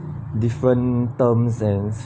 different terms and